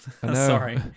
Sorry